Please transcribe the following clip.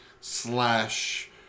Slash